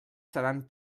seran